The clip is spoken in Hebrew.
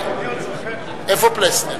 איפה פלסנר?